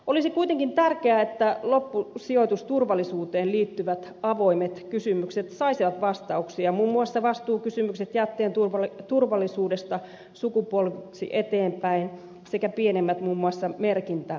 olisi kuitenkin tärkeää että loppusijoitusturvallisuuteen liittyvät avoimet kysymykset saisivat vastauksia muun muassa vastuukysymykset jätteen turvallisuudesta sukupolviksi eteenpäin sekä pienemmät muun muassa merkintäepäselvyyskysymykset